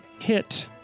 hit